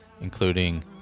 including